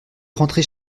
rentrée